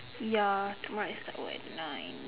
ya tomorrow I start work at nine